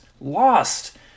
lost